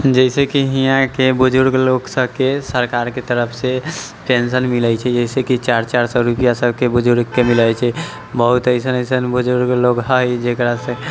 जइसे कि यहाँके बुजुर्ग लोक सभकेँ सरकारके तरफ से पेंशन मिलैत छै जइसे कि चारि चारि सए रुपआ सभकेँ बुजुर्गके मिलैत छै बहुत अइसन अइसन बुजुर्ग लोक हइ जेकरा से